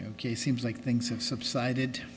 gay seems like things have subsided